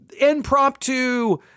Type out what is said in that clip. impromptu